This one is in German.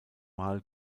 mal